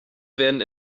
werden